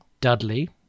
Dudley